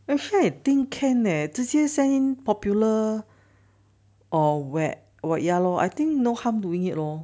actually I think can leh 这些 in popular or wear white yellow I think no harm doing it wrong